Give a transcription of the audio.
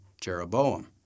Jeroboam